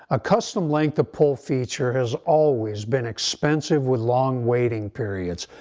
ah custom length of pull feature has always been expensive with long waiting periods,